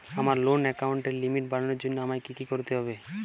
আমার লোন অ্যাকাউন্টের লিমিট বাড়ানোর জন্য আমায় কী কী করতে হবে?